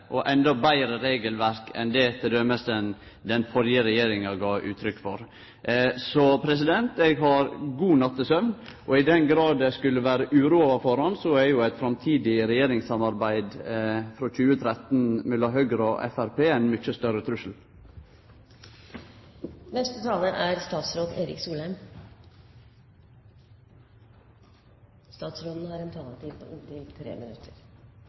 og eit enda betre regelverk enn t.d. den førre regjeringa gav uttrykk for. Så eg har god nattesøvn, og i den grad eg skulle vere uroa for han, så er eit framtidig regjeringssamarbeid frå 2013 mellom Høgre og Framstegspartiet ein mykje større trussel. Nå skal ikke jeg forlenge debatten unødig, men det ville være en veldig, veldig fordel for den videre debatten om Høyre på